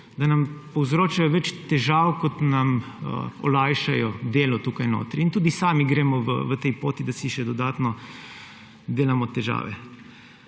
da nam povzročajo več težav, kot nam olajšajo delo tukaj notri. Tudi sami gremo po tej poti, da si še dodatno delamo težave.